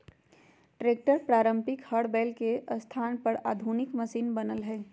tractor पारम्परिक हर बैल के स्थान पर आधुनिक मशिन बनल हई